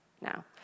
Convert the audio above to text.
Now